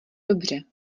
dobře